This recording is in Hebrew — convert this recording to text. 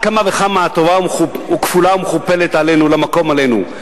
וכמה טובה כפולה ומכופלת למקום עלינו".